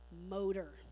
motor